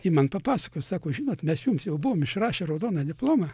ji man papasakojo sako žinot mes jums jau buvome išrašę raudoną diplomą